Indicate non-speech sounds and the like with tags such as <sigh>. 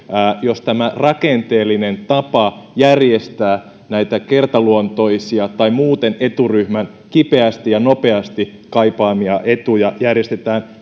jos tämä rakenteellinen tapa järjestää näitä kertaluontoisia tai muuten eturyhmän kipeästi ja nopeasti kaipaamia etuja järjestetään <unintelligible>